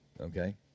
okay